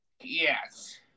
Yes